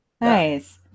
Nice